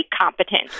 competent